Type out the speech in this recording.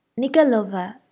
Nikolova